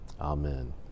amen